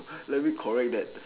let me correct that